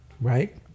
Right